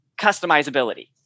customizability